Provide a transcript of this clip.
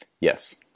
Yes